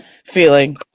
Feeling